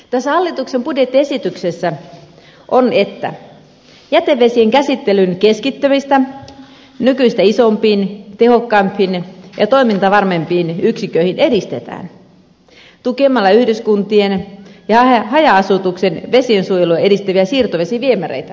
tässä hallituksen budjettiesityksessä todetaan että jätevesien käsittelyn keskittymistä nykyistä isompiin tehokkaampiin ja toimintavarmempiin yksiköihin edistetään tukemalla yhdyskuntien ja haja asutuksen vesiensuojelua edistäviä siirtoviemärihankkeita